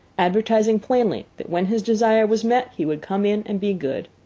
advertising plainly that when his desire was met, he would come in and be good.